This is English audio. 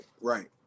right